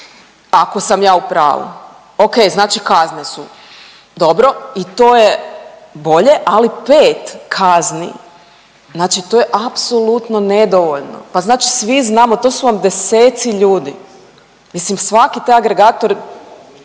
ako sam ja u pravu. Ok, znači kazne su. Dobro i to je bolje. Ali 5 kazni znači to je apsolutno nedovoljno, pa znači svi znamo to su vam deseci ljudi. Mislim svaki taj agregator